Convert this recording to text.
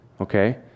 okay